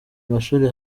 amashuri